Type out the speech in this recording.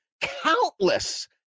countless